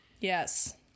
Yes